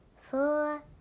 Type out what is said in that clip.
four